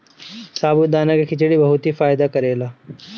साबूदाना के खिचड़ी बहुते फायदा करेला